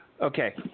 Okay